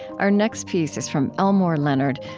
our next piece is from elmore leonard,